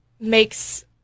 makes